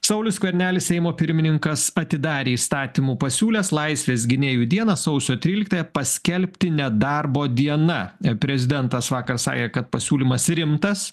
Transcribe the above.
saulius skvernelis seimo pirmininkas atidarė įstatymu pasiūlęs laisvės gynėjų dieną sausio tryliktąją paskelbti nedarbo diena prezidentas vakar sakė kad pasiūlymas rimtas